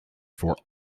for